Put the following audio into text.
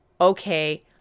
Okay